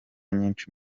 nyinshi